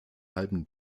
halben